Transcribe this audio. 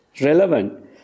Relevant